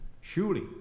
Surely